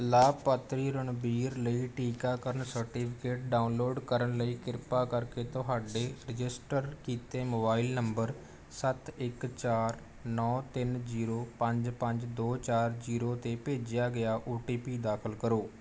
ਲਾਭਪਾਤਰੀ ਰਣਬੀਰ ਲਈ ਟੀਕਾਕਰਨ ਸਰਟੀਫਿਕੇਟ ਡਾਊਨਲੋਡ ਕਰਨ ਲਈ ਕਿਰਪਾ ਕਰਕੇ ਤੁਹਾਡੇ ਰਜਿਸਟਰ ਕੀਤੇ ਮੋਬਾਈਲ ਨੰਬਰ ਸੱਤ ਇੱਕ ਚਾਰ ਨੌ ਤਿੰਨ ਜੀਰੋ ਪੰਜ ਪੰਜ ਦੋ ਚਾਰ ਜੀਰੋ 'ਤੇ ਭੇਜਿਆ ਗਿਆ ਓ ਟੀ ਪੀ ਦਾਖਲ ਕਰੋ